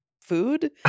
food